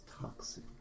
toxic